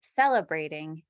celebrating